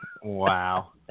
wow